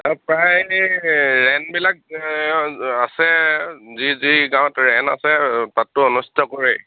অঁ প্ৰায় বিলাক আছে যি যি গাঁৱত আছে তাতটো অনুষ্টিত কৰে